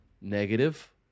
negative